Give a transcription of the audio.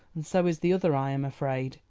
and so is the other, i am afraid,